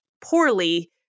poorly